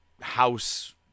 house